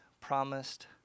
promised